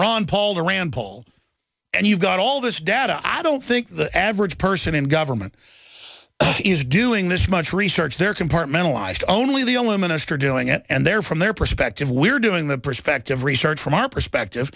ron paul to rand paul and you've got all this data i don't think the average person in government is doing this much research there compartmentalise to only the only minister doing it and there from their perspective we're doing the perspective research from our perspective